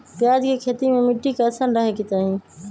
प्याज के खेती मे मिट्टी कैसन रहे के चाही?